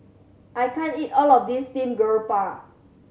I can't eat all of this steamed garoupa